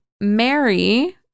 Mary